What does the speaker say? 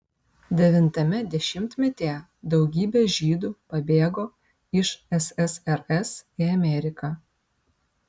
devintame dešimtmetyje daugybė žydų pabėgo iš ssrs į ameriką